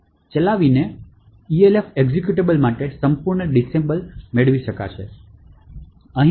ચલાવીને Elf executable માટે સંપૂર્ણ ડિસએસએસ મેળવી શકશે